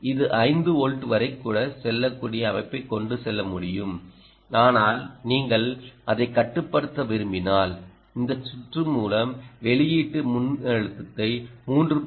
இது 5 வோல்ட் வரை கூட செல்லக்கூடிய அமைப்பைக் கொண்டு செல்ல முடியும் ஆனால் நீங்கள் அதைக் கட்டுப்படுத்த விரும்பினால் இந்த சுற்று மூலம் வெளியீட்டு மின்னழுத்தத்தை 3